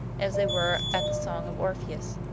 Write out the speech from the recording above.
as they were at the songs of orpheus.